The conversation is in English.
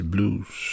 Blues